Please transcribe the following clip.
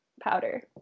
powder